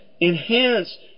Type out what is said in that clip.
enhance